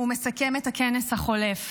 ומסכם את הכנס החולף.